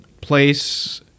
place